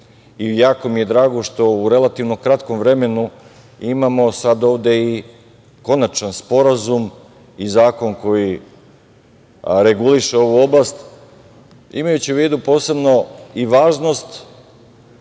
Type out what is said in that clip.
i jako mi je drago što u relativno kratkom vremenu imamo sada ovde i konačan sporazum i zakon koji reguliše ovu oblast, imajući u vidu posebno i važnost